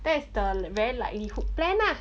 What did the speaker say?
that's the very likelihood plan lah